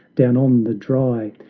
down, on the dry,